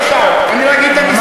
מאיפה, אני אגיד לך את המספרים.